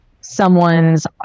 someone's